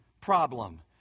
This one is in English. problem